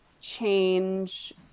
change